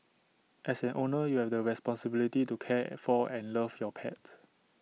as an owner you have the responsibility to care for and love your pet